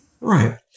Right